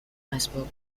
اسباب